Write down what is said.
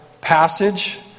passage